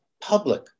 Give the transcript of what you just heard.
public